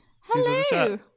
Hello